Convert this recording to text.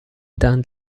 than